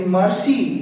mercy